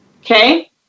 Okay